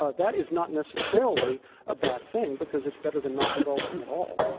ah that is not necessarily a bad thing, because it's better than not developing at all.